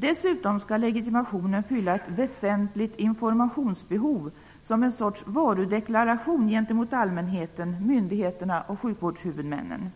Dessutom skall legitimationen fylla ett väsentligt informationsbehov, som en sorts varudeklaration gentemot allmänheten, myndigheterna och sjukvårdshuvudmännen.